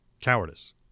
cowardice